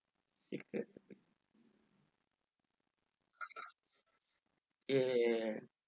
ya ya ya ya